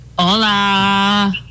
Hola